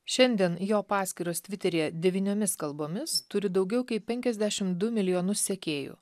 šiandien jo paskyros tviteryje devyniomis kalbomis turi daugiau kaip penkiasdešimt du milijonus sekėjų